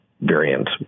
variant